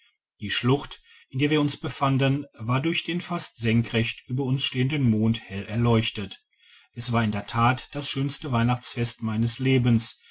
die schlucht in der wir uns befanden war durch den fast senkrecht über uns stehenden mond hell erleuchtet es war in der tat das schönste weihnachtsfest meines lebens